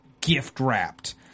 gift-wrapped